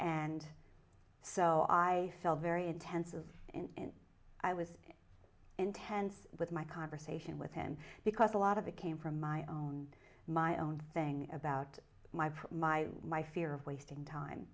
and so i felt very intensive and i was intense with my conversation with him because a lot of it came from my own my own thing about my my my fear of wasting time